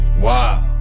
Wow